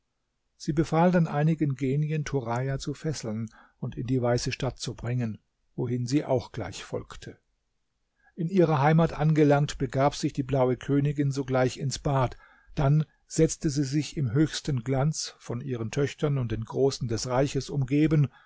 sie befahl dann einigen genien turaja zu fesseln und in die weiße stadt zu bringen wohin sie auch gleich folgte in ihrer heimat angelangt begab sich die blaue königin sogleich ins bad dann setzte sie sich im höchsten glanz von ihren töchtern und den großen des reiches umgeben